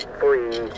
three